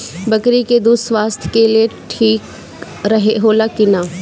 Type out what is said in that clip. बकरी के दूध स्वास्थ्य के लेल ठीक होला कि ना?